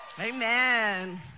Amen